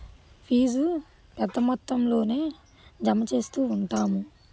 fee పెద్ద మొత్తంలోనే జమ చేస్తూ ఉంటాము